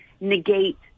negate